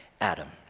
Adam